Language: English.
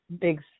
big